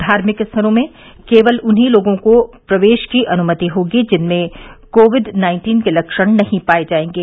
धार्मिक स्थानों में केवल उन्हीं लोगों को प्रवेश की अनुमति होगी जिनमें कोविड नाइन्टीन के लक्षण नहीं पाये जायेंगे